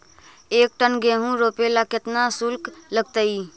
एक टन गेहूं रोपेला केतना शुल्क लगतई?